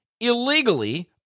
illegally